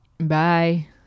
Bye